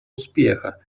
успеха